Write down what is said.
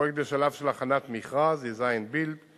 הפרויקט בשלב של הכנת מכרז Design-Build ,